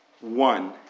one